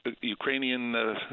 Ukrainian